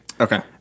Okay